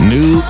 New